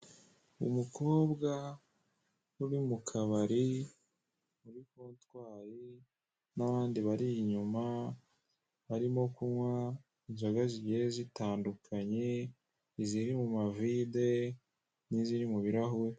Umukobwa uri mu kabari muri kotwari n'abandi bari inyuma barimo kunywa inzoga zigiye zitandukanye, iziri mu mavide n'iziri mu birarahure.